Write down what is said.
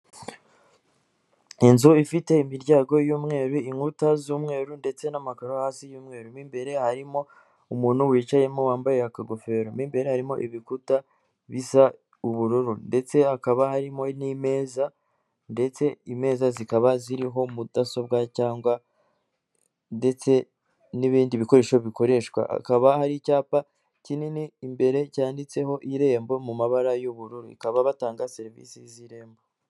Inzu ifite imiryango y'umweru inkuta z'umweru ndetse n'amakaro hasi y'umweru, mu imbere harimo umuntu wicayemo wambaye akagofero, mu imbere arimo ibikuta bisa ubururu ndetse hakaba harimo n'imeza ndetse imeza zikaba ziriho mudasobwa cyangwa ndetse n'ibindi bikoresho bikoreshwa, hakaba hari icyapa kinini imbere cyanditseho irembo mu mabara y'ubururu bakaba batanga serivisi z'irembo.